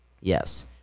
Yes